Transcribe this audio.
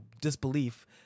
disbelief